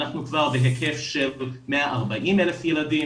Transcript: אנחנו כבר בהיקף של 140,000 ילדים,